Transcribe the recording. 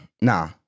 Nah